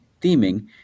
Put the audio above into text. theming